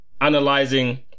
analyzing